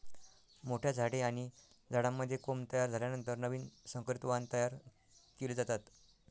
मोठ्या झाडे आणि झाडांमध्ये कोंब तयार झाल्यानंतर नवीन संकरित वाण तयार केले जातात